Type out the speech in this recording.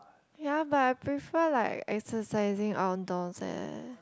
ya but I prefer like exercising outdoors eh